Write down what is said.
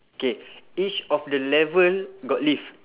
K each of the level got lift